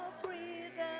breathe